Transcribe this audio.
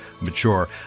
mature